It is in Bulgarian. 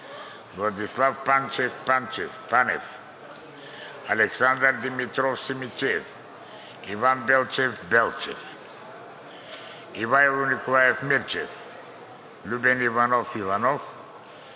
Владислав Панчев Панев, Александър Димитров Симидчиев, Иван Белчев Белчев, Ивайло Николаев Мирчев, Любен Иванов Иванов,